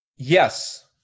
Yes